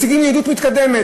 מציגים יהדות מתקדמת.